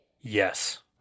Yes